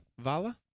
Vala